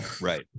Right